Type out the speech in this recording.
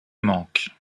manque